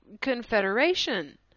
confederation